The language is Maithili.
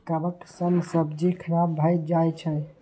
कवक सं सब्जी खराब भए जाइ छै